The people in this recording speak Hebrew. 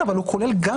הוא כולל שני עניינים.